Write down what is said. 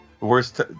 worst